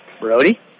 Brody